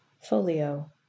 folio